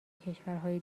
کشورای